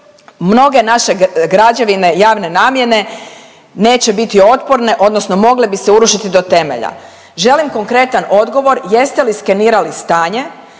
mnoge nađe građevine javne namjene neće biti otporne odnosno mogle bi se urušiti do temelja. Želim konkretan odgovor jeste li skenirali stanje,